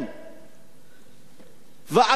ואגרות טלוויזיה, אגרות